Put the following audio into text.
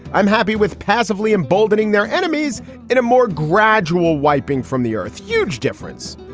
i'm happy with passively emboldening their enemies in a more gradual wiping from the earth huge difference.